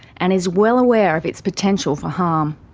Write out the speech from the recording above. and is well aware of its potential for harm.